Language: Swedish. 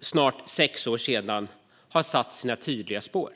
snart sex år sedan har satt sina tydliga spår.